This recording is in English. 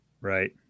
Right